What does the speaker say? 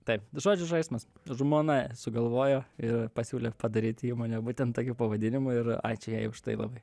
taip žodžių žaismas žmona sugalvojo ir pasiūlė padaryt įmonę būtent tokiu pavadinimu ir ačiū jai už tai labai